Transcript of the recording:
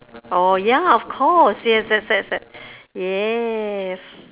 oh ya of course yes yes yes yes yes